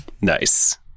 Nice